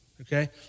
Okay